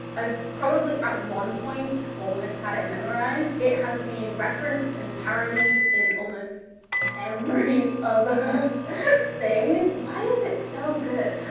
i probably at one point almost had it memorised. it has been referenced and parodied in almost every but thing. why is it so good?